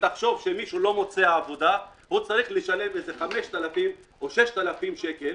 תחשוב על מישהו שלא מוצא עבודה ועדיין עליו לשלם כ-5,000 או 6,000 שקל